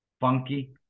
funky